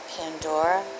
Pandora